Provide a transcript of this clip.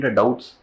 doubts